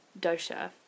dosha